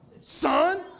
Son